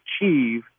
achieve